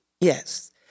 Yes